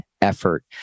effort